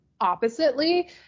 oppositely